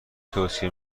توصیه